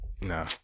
nah